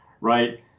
right